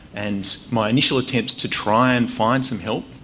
and my initial attempts to try and find some help,